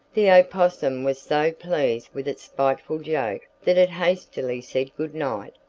the opossum was so pleased with its spiteful joke that it hastily said good night,